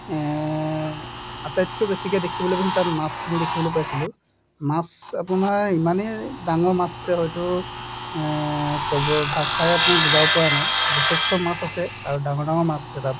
আটাইতকৈ বেছিকৈ দেখিবলৈ পাইছিলোঁ তাত মাছখিনি দেখিবলৈ পাইছিলোঁ মাছ আপোনাৰ ইমানেই ডাঙৰ মাছ আছে হয়তো ক'ব ভাষাৰে আপোনাক বুজাব পৰা নাই যথেষ্ট মাছ আছে আৰু ডাঙৰ ডাঙৰ মাছ আছে তাত